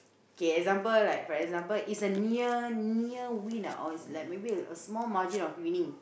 okay example like for example it's a near win or is like maybe a small margin of winning